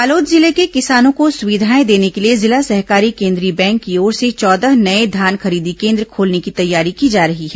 बालोद जिले के किसानों को सुविधाएं देने के लिए जिला सहकारी केन्द्रीय बैंक की ओर से चौदह नये धान खरीदी केन्द्र खोलने की तैयारी की जा रही है